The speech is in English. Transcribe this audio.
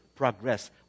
progress